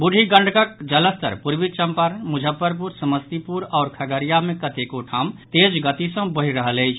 बूढ़ी गंडकक जलस्तर पूर्वी चम्पारण मुजफ्फरपुर समस्तीपुर आओर खगड़िया मे कतेको ठाम तेज गति सँ बढ़ि रहल अछि